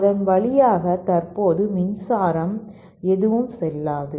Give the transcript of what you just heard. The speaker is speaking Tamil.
அதன் வழியாக தற்போது மின்சாரம் எதுவும் செல்லாது